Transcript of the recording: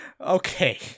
Okay